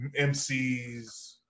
MCs